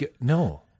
No